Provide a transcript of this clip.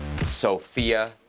Sophia